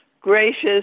Gracious